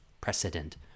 Precedent